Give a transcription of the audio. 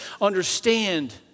understand